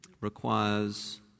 requires